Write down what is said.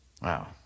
Wow